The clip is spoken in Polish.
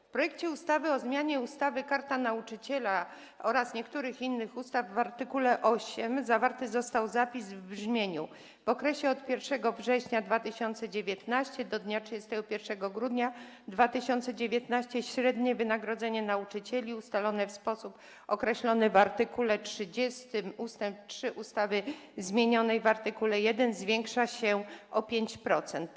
W projekcie ustawy o zmianie ustawy Karta Nauczyciela oraz niektórych innych ustaw w art. 8 zawarty został zapis w brzmieniu: w okresie od 1 września 2019 r. do dnia 31 grudnia 2019 r. średnie wynagrodzenie nauczycieli, ustalone w sposób określony w art. 30 ust. 3 ustawy zmienionej w art. 1, zwiększa się o 5%.